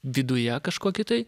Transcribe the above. viduje kažkokį tai